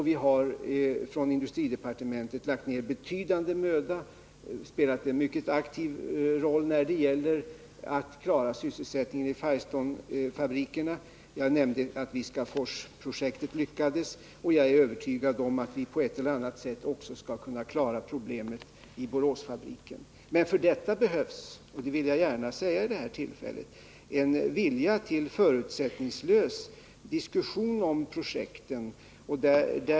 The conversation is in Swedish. Vi har från industridepartementet lagt ned betydande möda och spelat en mycket aktiv roll när det gäller att skapa sysselsättning i Firestonefabrikerna. Jag nämnde att Viskaforsprojektet lyckades, och jag är övertygad om att vi på ett eller annat sätt också skall kunna klara problemen i Boråsfabriken. För detta behövs emellertid — det vill jag gärna säga vid det här tillfället — en vilja till förutsättningslös diskussion om projekten.